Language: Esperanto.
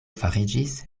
fariĝis